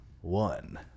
one